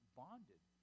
bonded